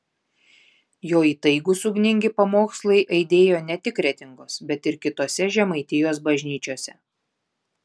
jo įtaigūs ugningi pamokslai aidėjo ne tik kretingos bet ir kitose žemaitijos bažnyčiose